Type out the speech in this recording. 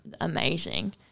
amazing